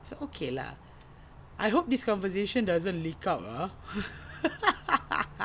so okay lah I hope this conversation doesn't leak out ah